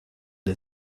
the